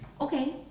Okay